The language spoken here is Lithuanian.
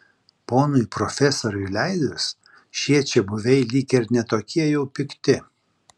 ponui profesoriui leidus šie čiabuviai lyg ir ne tokie jau pikti